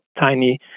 tiny